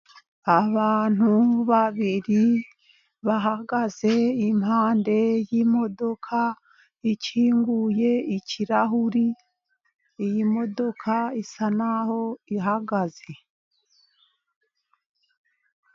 Abantu babiri bahagaze iruhande yimodoka ikinguye ikirahuri, iyi modoka isa naho ihagaze.